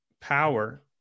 power